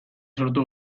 sortu